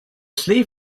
sleeve